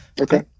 Okay